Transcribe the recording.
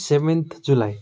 seventh July